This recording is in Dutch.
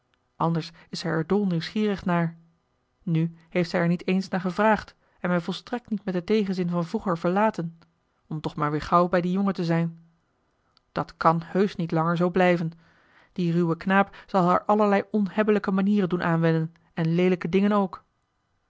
anders is zij er dol nieuwsgierig naar nu heeft zij er niet eens naar gevraagd en mij volstrekt niet met den tegenzin van vroeger verlaten om toch maar weer gauw bij dien jongen te zijn dat kan heusch niet langer zoo blijven die ruwe knaap zal haar allerlei onhebbelijke manieren doen aanwennen en leelijke dingen ook